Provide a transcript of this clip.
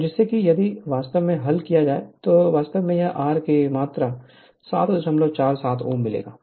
तो जिससे यदि वास्तव में हल किया गया है तो वास्तव में R 747 Ω मिलेगा